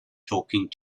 talking